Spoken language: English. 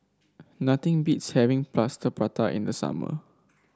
nothing beats having Plaster Prata in the summer